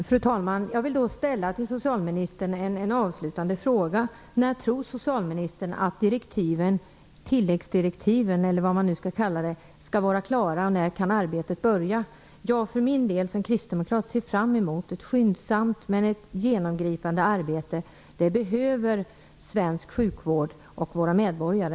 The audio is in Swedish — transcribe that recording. Fru talman! Jag vill till socialministern ställa en avslutande fråga. När tror socialministern att tilläggsdirektiven - eller vad man nu skall kalla dem - skall vara klara? När kan arbetet börja? Som kristdemokrat ser jag för min del fram emot ett skyndsamt men genomgripande arbete. Det behöver svensk sjukvård och våra medborgare.